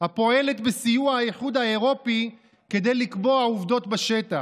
הפועלת בסיוע האיחוד האירופי כדי לקבוע עובדות בשטח,